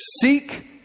seek